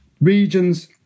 regions